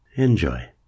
Enjoy